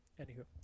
anywho